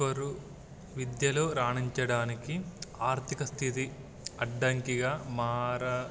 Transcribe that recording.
ఒకరు విద్యలు రాణించడానికి ఆర్థిక స్థితి అడ్డంకిగా మార